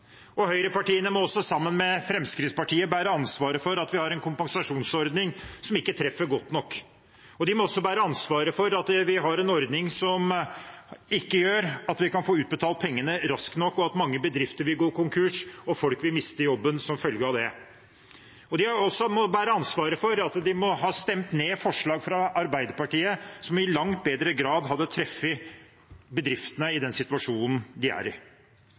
Høyrepartiene må også – sammen med Fremskrittspartiet – bære ansvaret for at vi har en kompensasjonsordning som ikke treffer godt nok. De må også bære ansvaret for at vi har en ordning som ikke gjør at vi kan få utbetalt pengene raskt nok, og at mange bedrifter vil gå konkurs og folk vil miste jobben som følge av det. De må også bære ansvaret for at de har stemt ned forslag fra Arbeiderpartiet som i langt bedre grad hadde truffet bedriftene i den situasjonen de er i.